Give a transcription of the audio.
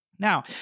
Now